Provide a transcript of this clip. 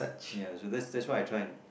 ya that's that's why I tryna